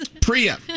Priya